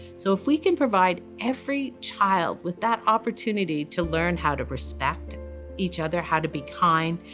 so if we can provide every child with that opportunity to learn how to respect each other, how to be kind,